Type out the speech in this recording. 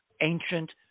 ancient